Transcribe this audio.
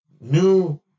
new